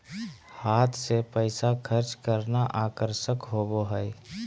हाथ से पैसा खर्च करना आकर्षक होबो हइ